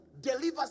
delivers